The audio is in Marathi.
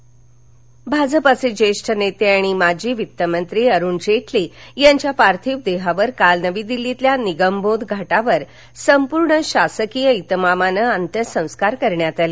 जेटली अंत्यसंस्कार भाजपाचे ज्येष्ठ नेते आणि माजी वित्त मंत्री अरूण जेटली यांच्या पार्थिव देहावर काल नवी दिल्लीतील निगमबोध घाटावर संपूर्ण शासकीय इतमामानं अंत्यसंस्कार करण्यात आले